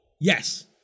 Yes